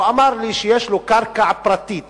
הוא אמר לי שיש לו קרקע פרטית